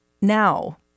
Now